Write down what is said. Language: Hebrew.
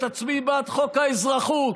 שתצביעי בעד חוק האזרחות,